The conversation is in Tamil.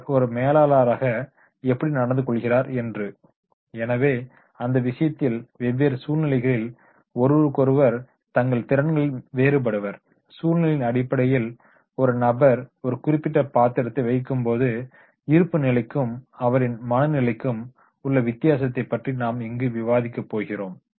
அவர் ஒரு மேலாளராக எப்படி நடந்து கொள்கிறார் என்று எனவே அந்த விஷயத்தில் வெவ்வெறு சூழ்நிலைகளில் ஒருவருக்கொருவர் தங்கள் திறன்களில் வேறுபடுவர் சூழ்நிலைகளின் அடிப்படையில் ஒரு நபர் ஒரு குறிப்பிட்ட பாத்திரத்தை வகிக்கும்போது இருப்புநிலைக்கும் அவரின் மனநிலைக்கும் உள்ள வித்தியாசத்தை பற்றி நாம் இங்கு விவாதிக்க போகிறோம்